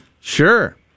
Sure